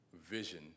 vision